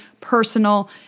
personal